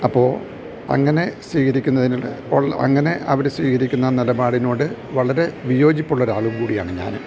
അപ്പോള് അങ്ങനെ സ്വീകരിക്കുന്നതിന് അങ്ങനെ അവര് സ്വീകരിക്കുന്ന നിലപാടിനോട് വളരെ വിയോജിപ്പുള്ളൊരാളും കൂടിയാണ് ഞാന്